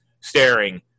staring